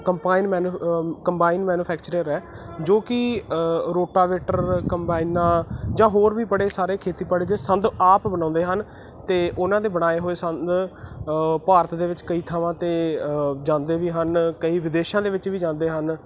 combine man combine manufacture ਹੈ ਜੋ ਕਿ ਰੋਟਾਵੇਟਰ ਕੰਬਾਈਨਾਂ ਜਾਂ ਹੋਰ ਵੀ ਬੜੇ ਸਾਰੇ ਖੇਤੀਬਾੜੀ ਦੇ ਸੰਦ ਆਪ ਬਣਾਉਂਦੇ ਹਨ ਅਤੇ ਉਹਨਾਂ ਦੇ ਬਣਾਏ ਹੋਏ ਸੰਦ ਭਾਰਤ ਦੇ ਵਿੱਚ ਕਈ ਥਾਵਾਂ 'ਤੇ ਜਾਂਦੇ ਵੀ ਹਨ ਕਈ ਵਿਦੇਸ਼ਾਂ ਦੇ ਵਿੱਚ ਵੀ ਜਾਂਦੇ ਹਨ